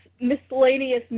miscellaneous